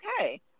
okay